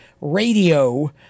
Radio